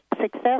success